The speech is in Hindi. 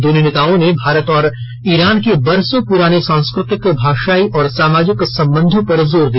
दोनों नेताओं ने भारत और ईरान के बरसों पुराने सांस्कृतिक भाषाई और सामाजिक संबंधों पर जोर दिया